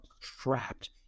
trapped